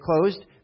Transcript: closed